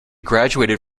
graduated